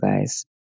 guys